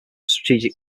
strategic